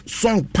song